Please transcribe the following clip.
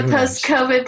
post-covid